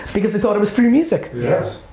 because they thought it was free music! yes.